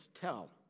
tell